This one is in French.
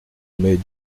mais